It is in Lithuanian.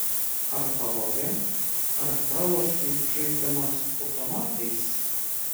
ar pavogė ar pralošei žaisdamas automatais